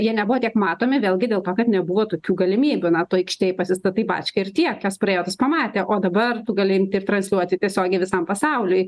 jie nebuvo tiek matomi vėlgi dėl to kad nebuvo tokių galimybių na tu aikštėj pasistatai bačką ir tiek kas praėjo tas pamatė o dabar tu gali imti ir transliuoti tiesiogiai visam pasauliui